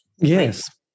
Yes